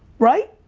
right?